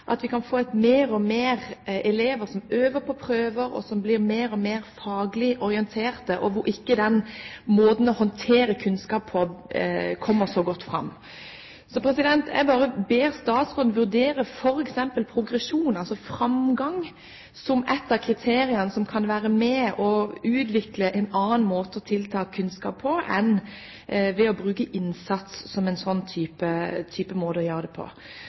kan få flere og flere elever som øver på prøver, og som blir mer og mer faglig orientert, og hvor måten å håndtere kunnskap på ikke kommer så godt fram. Jeg bare ber statsråden vurdere f.eks. progresjon – altså framgang – som ett av kriteriene for å utvikle en annen måte å ta til seg kunnskap på, heller enn å bruke innsats som et slikt kriterium. Hvordan kan en sikre at dette ikke handler om å øve på